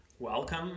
Welcome